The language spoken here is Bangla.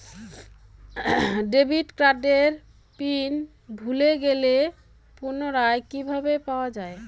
ডেবিট কার্ডের পিন ভুলে গেলে পুনরায় কিভাবে পাওয়া য়ায়?